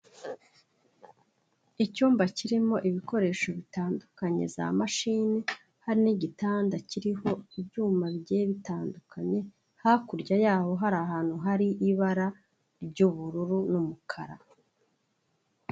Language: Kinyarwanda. Icyumba kirimo ibikoresho bitandukanye, za mashini, hari n'igitanda kiriho ibyuma bigiye bitandukanye, hakurya yaho hari ahantu hari ibara ry'ubururu n'umukara.